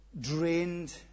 drained